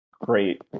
great